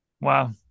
Wow